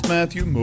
Matthew